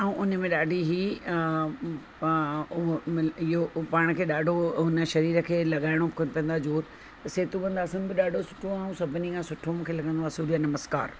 ऐं उन में ॾाढी ई इहो पाण खे ॾाढो उन शरीर खे लॻाइणो बि कोन पवंदो आहे ज़ोरु सेतुबंद आसन बि ॾाढो सुठो ऐं सभिनी खां सुठो मूंखे लॻंदो आहे सूर्य नमस्कार